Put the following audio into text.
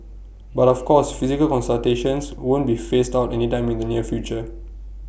but of course physical consultations won't be phased out anytime in the near future